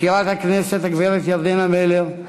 מזכירת הכנסת הגברת ירדנה מלר,